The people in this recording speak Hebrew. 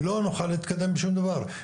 לא נוכל להתקדם בשום דבר.